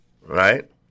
right